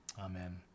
Amen